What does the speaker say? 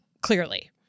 clearly